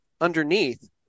underneath